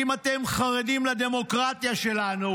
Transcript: "אם אתם חרדים לדמוקרטיה שלנו,